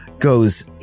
goes